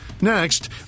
Next